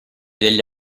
degli